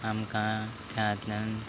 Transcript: आमकां खेळांतल्यान